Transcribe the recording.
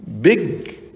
big